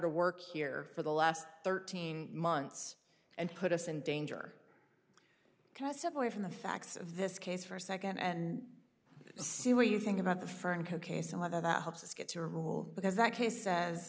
to work here for the last thirteen months and put us in danger because step away from the facts of this case for a second and see what you think about the fern co case and whether that helps us get to rule because that case